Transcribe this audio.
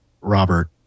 robert